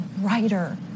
writer